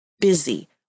busy